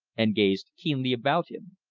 and gazed keenly about him.